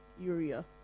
urea